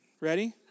Ready